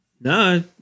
No